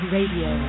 Radio